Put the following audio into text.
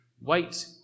wait